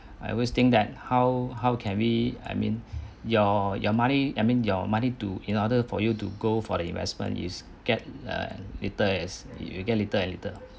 I always think that how how can we I mean your your money I mean your money to in order for you to go for the investment is get uh later as you get little and little